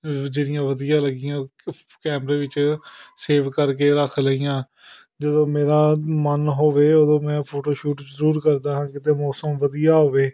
ਜਿਹੜੀਆਂ ਵਧੀਆ ਲੱਗੀਆਂ ਕੈਮਰੇ ਵਿੱਚ ਸੇਵ ਕਰਕੇ ਰੱਖ ਲਈਆਂ ਜਦੋਂ ਮੇਰਾ ਮਨ ਹੋਵੇ ਉਦੋਂ ਮੈਂ ਫੋਟੋ ਸ਼ੂਟ ਜ਼ਰੂਰ ਕਰਦਾ ਹਾਂ ਕਿਤੇ ਮੌਸਮ ਵਧੀਆ ਹੋਵੇ